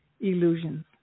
illusions